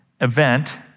event